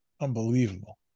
unbelievable